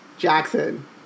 Jackson